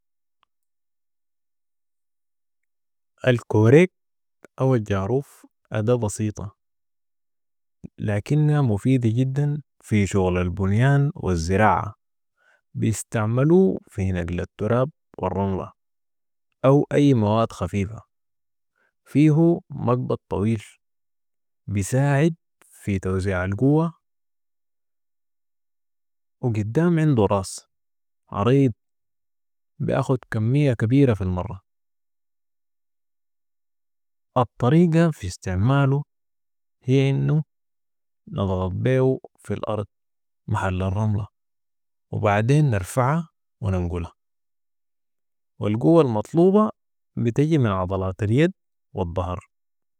الكوريك او الجاروف أداة بسيطة لكنها مفيدة جدًا في شغل البنيان والزراعه. بيستعملو في نقل التراب، الرملة أو أي مواد خفيفة فيهو مقبض طويل بساعد في توزيع القوة و قدام عندو راس عريض بياخد كمية كبيرة في المرة. الطريقة في استعمالو هي انو نضغط بيه في الأرض محل الرملة وبعدين نرفعها وننقلها. والقوة المطلوبة بتجي من عضلات اليد والضهر.